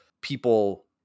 people